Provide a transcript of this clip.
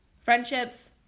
friendships